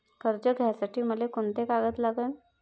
कर्ज घ्यासाठी मले कोंते कागद लागन?